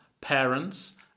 parents